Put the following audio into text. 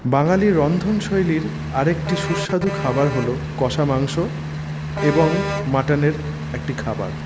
বাঙালি রন্ধনশৈলীর আরেকটি সুস্বাদু খাবার হল কষা মাংস এবং মটনের একটি খাবার